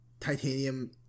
titanium